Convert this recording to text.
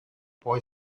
boy